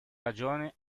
ragione